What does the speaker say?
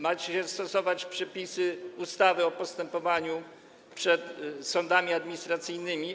Macie stosować przepisy ustawy o postępowaniu przed sądami administracyjnymi.